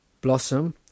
Blossom